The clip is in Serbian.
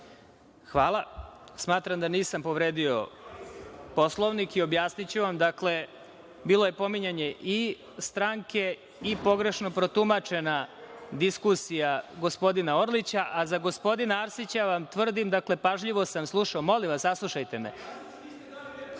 Hvala. Smatram da nisam povredio Poslovnik. Objasniću vam. Bilo je pominjanje i stranke, i pogrešno protumačena diskusija gospodina Orlića. A za gospodina Arsića vam tvrdim, pažljivo sam slušao. Gospodin Arsić tri